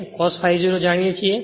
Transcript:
અને cos ∅ 0 પણ જાણીએ છીએ